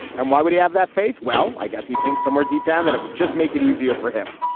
and why would he have that faith. well i guess he thinks somewhere deep down that it would just make it easier for him.